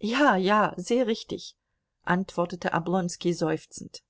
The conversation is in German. ja ja sehr richtig antwortete oblonski seufzend